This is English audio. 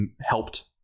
helped